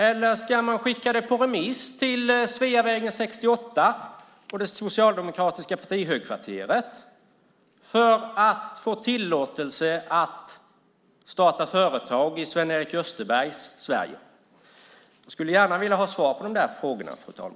Eller ska det skickas på remiss till Sveavägen 68 och det socialdemokratiska partihögkvarteret för att få tillåtelse att starta företag i Sven-Erik Österbergs Sverige? Jag skulle gärna vilja ha svar på dessa frågor, fru talman.